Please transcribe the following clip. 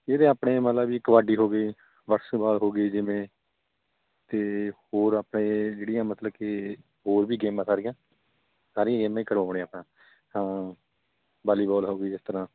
ਜਿਹੜੇ ਆਪਣੇ ਮਤਲਬ ਵੀ ਕਬੱਡੀ ਹੋ ਗਈ ਬਾਸਕਿਟਬਾਲ ਹੋ ਗਈ ਜਿਵੇਂ ਅਤੇ ਹੋਰ ਆਪਣੇ ਜਿਹੜੀਆਂ ਮਤਲਬ ਕਿ ਹੋਰ ਵੀ ਗੇਮਾਂ ਸਾਰੀਆਂ ਸਾਰੀਆਂ ਗੇਮਾਂ ਹੀ ਕਰਵਾਉਂਦੇ ਆਪਾਂ ਹਾਂ ਵਾਲੀਬਾਲ ਹੋ ਗਈ ਜਿਸ ਤਰ੍ਹਾਂ